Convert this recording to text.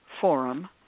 forum